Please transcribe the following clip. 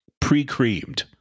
pre-creamed